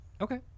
okay